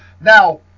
Now